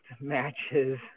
matches